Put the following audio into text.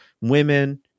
women